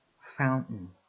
Fountain